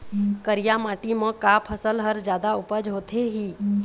करिया माटी म का फसल हर जादा उपज होथे ही?